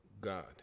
God